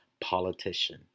politician